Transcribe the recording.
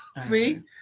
see